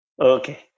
Okay